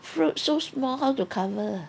fruit so small how to cover